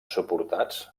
suportats